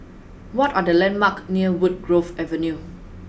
what are the landmarks near Woodgrove Avenue